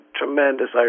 tremendous